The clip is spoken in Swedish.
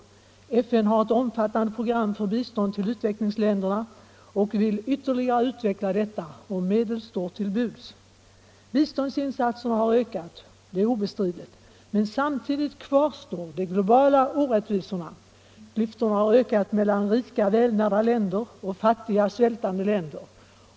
FN har ett omfattande program för bistånd till utvecklingsländerna och vill ytterligare utöka detta, om medel står till buds. Biståndsinsatserna har ökat, det är obestridligt, men samtidigt kvarstår de globala orättvisorna. Klyftorna har vidgats mellan rika, välnärda länder och fattiga, svältande länder.